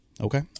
Okay